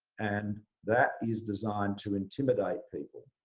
and that is designed to intimidate people.